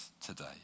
today